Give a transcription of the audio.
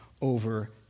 over